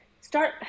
Start